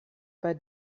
bei